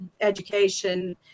education